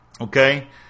Okay